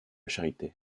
charité